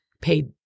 paid